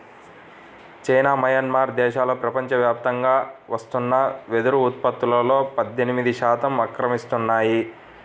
China, Myanmar దేశాలు ప్రపంచవ్యాప్తంగా వస్తున్న వెదురు ఉత్పత్తులో పద్దెనిమిది శాతం ఆక్రమిస్తున్నాయి